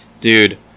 Dude